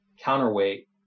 counterweight